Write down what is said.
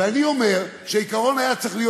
ואני אומר שהעיקרון היה צריך להיות